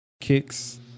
kicks